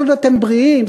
כל עוד אתם בריאים.